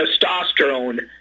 testosterone